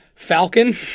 Falcon